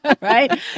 right